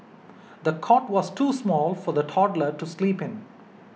the cot was too small for the toddler to sleep in